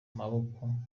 maboko